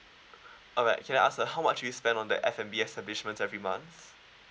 alright can I ask uh how much you spend on the F&B establishments every month